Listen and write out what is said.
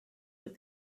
with